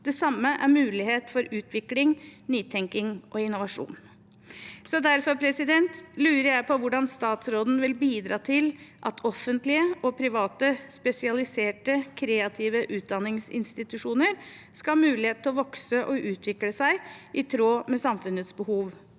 Det samme er mulighet for utvikling, nytenkning og innovasjon. Derfor lurer jeg på hvordan statsråden vil bidra til at offentlige og private spesialiserte, kreative utdanningsinstitusjoner skal ha mulighet til å vokse og utvikle seg i tråd med samfunnets behov.